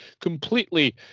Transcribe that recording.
completely